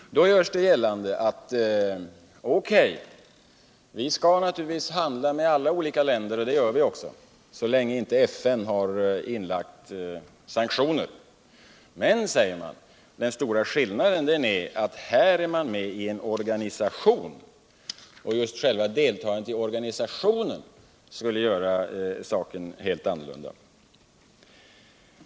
Mot detta görs gällande atvt vi naturligtvis skall handla med alla olika länder — och det gör vi också, så länge FN inte uttalat sig för sanktioner. Men, säger man, den stora skillnaden är att man i det här fallet är med i en organisation. Själva deltagandet i organisationen skulle alltså göra saken helt annorlunda.